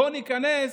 בוא ניכנס